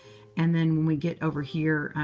and then when we get over here,